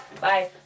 Bye